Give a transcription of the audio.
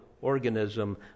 organism